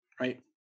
right